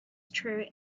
true